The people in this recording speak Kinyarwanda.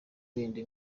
indi